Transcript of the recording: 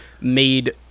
made